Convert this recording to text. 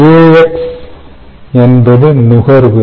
AX என்பது நுகர்வு